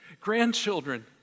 grandchildren